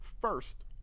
first